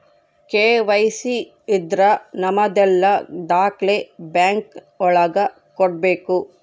KYC ಇದ್ರ ನಮದೆಲ್ಲ ದಾಖ್ಲೆ ಬ್ಯಾಂಕ್ ಒಳಗ ಕೊಡ್ಬೇಕು